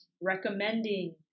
recommending